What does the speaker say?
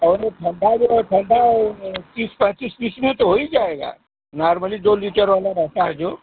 और वो ठंडा भी ओ ठंडा तीस पैंतीस पीस में तो हो ही जाएगा नार्मली दो लीटर वाला रहता है जो